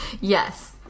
Yes